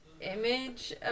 image